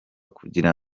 kugira